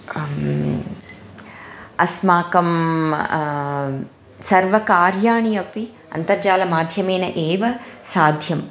अस्माकं सर्वकार्याणि अपि अन्तर्जालमाध्यमेन एव साध्यम्